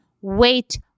Wait